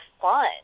fun